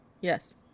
yes